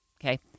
Okay